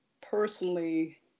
personally